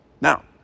Now